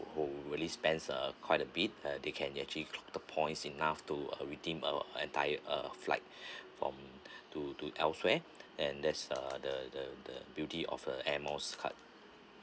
really spends uh quite a bit uh they can actually clock the points enough to uh redeem uh entire uh flight form to to elsewhere and that's uh the the the beauty of a airmiles card